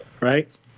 right